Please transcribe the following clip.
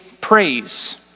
praise